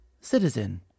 citizen